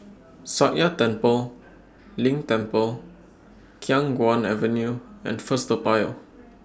Sakya Tenphel Ling Temple Khiang Guan Avenue and First Toa Payoh